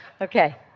Okay